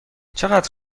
چقدر